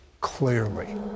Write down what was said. clearly